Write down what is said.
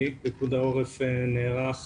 העורף נערך